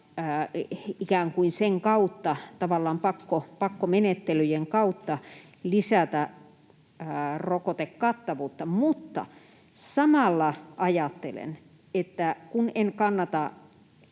ikään kuin sen kautta, tavallaan pakkomenettelyjen kautta, lisätä rokotekattavuutta. Mutta samalla ajattelen, että kun en kannata